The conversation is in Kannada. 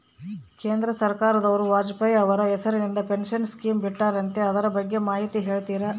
ಕೇಂದ್ರ ಸರ್ಕಾರದವರು ವಾಜಪೇಯಿ ಅವರ ಹೆಸರಿಂದ ಪೆನ್ಶನ್ ಸ್ಕೇಮ್ ಬಿಟ್ಟಾರಂತೆ ಅದರ ಬಗ್ಗೆ ಮಾಹಿತಿ ಹೇಳ್ತೇರಾ?